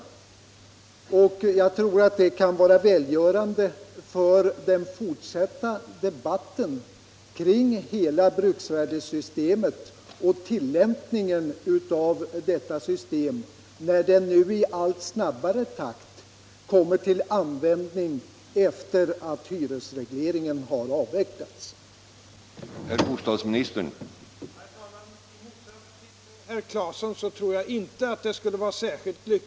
Jag tror också att det kan vara välgörande för den fortsatta debatten kring hela bruksvärdessystemet och tillämpningen av detta system, när det nu i allt snabbare takt kommer till användning efter det att hyresregleringen har avvecklats. Om åtgärder mot oskäliga bränslekostnader i privatägda flerfamiljshus